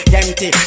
empty